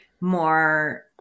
more